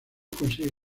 consigue